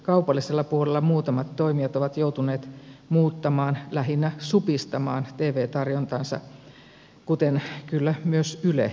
kaupallisella puolella muutamat toimijat ovat joutuneet muuttamaan lähinnä supistamaan tv tarjontaansa kuten kyllä myös yle jossakin määrin